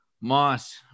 moss